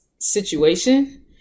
situation